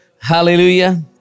hallelujah